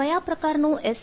કયા પ્રકારનું એસ